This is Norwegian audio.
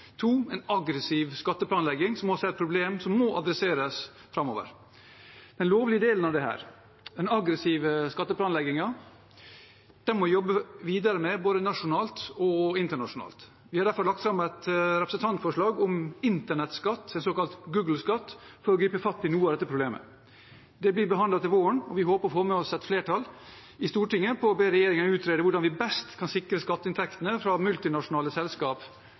en aggressiv skatteplanlegging, som også er et problem som må adresseres framover. Den lovlige delen av dette, den aggressive skatteplanleggingen, må det jobbes videre med både nasjonalt og internasjonalt. Vi har derfor lagt fram et representantforslag om internettskatt, en såkalt Google-skatt, for å gripe fatt i noe av dette problemet. Det blir behandlet til våren, og vi håper å få med oss et flertall i Stortinget på å be regjeringen utrede hvordan vi best kan sikre skatteinntektene fra multinasjonale